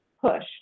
push